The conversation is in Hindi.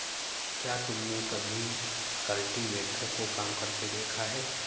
क्या तुमने कभी कल्टीवेटर को काम करते देखा है?